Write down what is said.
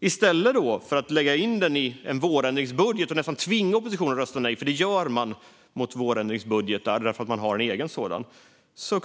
I stället för att lägga in det i vårändringsbudgeten och nästan tvinga oppositionen att som brukligt är rösta nej till regeringens vårbudget